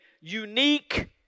unique